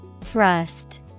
Thrust